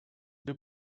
deux